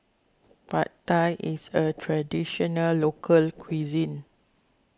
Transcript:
Pad Thai is a Traditional Local Cuisine